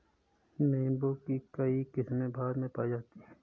नीम्बू की कई किस्मे भारत में पाई जाती है